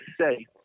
say